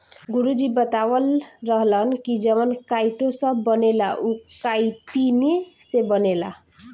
गुरु जी बतावत रहलन की जवन काइटो सभ बनेला उ काइतीने से बनेला